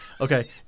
Okay